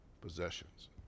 possessions